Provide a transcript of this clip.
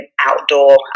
outdoor